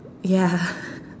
ya